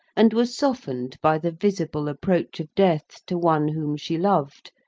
and was softened by the visible approach of death to one whom she loved,